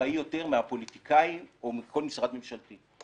אחראי מהפוליטיקאים או מכל משרד ממשלתי.